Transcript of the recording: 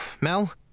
Mel